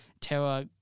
terror